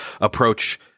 approach